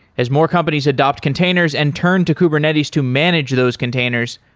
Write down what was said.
as more companies adopt containers and turn to kubernetes to manage those containers,